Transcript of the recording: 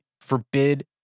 forbid